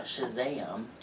Shazam